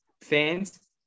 fans